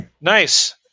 Nice